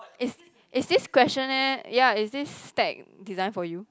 is is this questionnaire ya is this stack designed for you